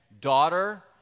Daughter